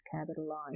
capitalized